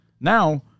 Now